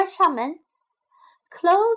关上门。Close